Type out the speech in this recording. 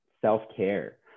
self-care